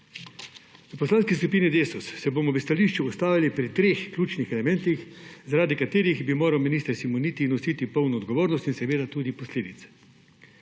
V Poslanski skupini Desus se bomo v stališču ustavili pri treh ključnih elementih, zaradi katerih bi moral minister Simoniti nositi polno odgovornost in seveda tudi posledice: